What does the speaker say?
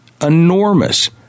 enormous